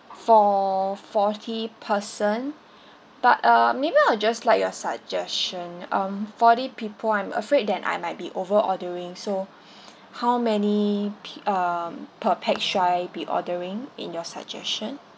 for forty person but uh maybe I'll just like your suggestion um forty people I'm afraid that I might be over ordering so how many per uh per pax should I be ordering in your suggestion